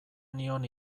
nion